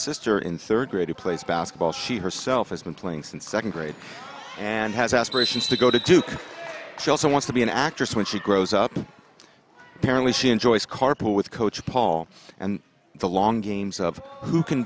sister in third grade who plays basketball she herself has been playing since second grade and has aspirations to go to duke she also wants to be an actress when she grows up apparently she enjoys carpool with coach paul and the long games of who can